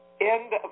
end